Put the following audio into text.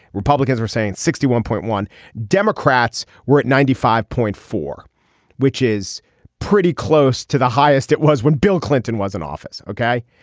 republicans are saying sixty one point one democrats were at ninety five point four which is pretty close to the highest it was when bill clinton was in office. ok.